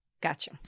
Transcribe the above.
Gotcha